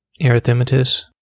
erythematous